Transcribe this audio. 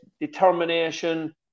determination